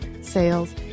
sales